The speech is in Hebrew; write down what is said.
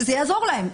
זה יעזור להן,